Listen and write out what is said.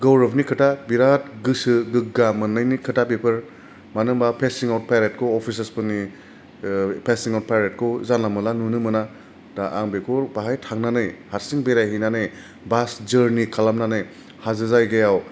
गौरबनि खोथा बिरात गोसो गोग्गा मोननायनि खोथा बेफोर मानो होनबा पासिं आउट पेरेडखौ अफिसार्सफोरनि ओ पासिं आउट पेरेडखौ जानला मानला नुनो मोना दा आं बेखौ बाहाय थांनानै हारसिं बेरायहैनानै बास जरनि खालामनानै हाजो जायगायाव